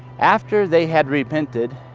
after they had repented,